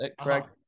correct